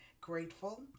grateful